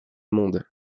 monde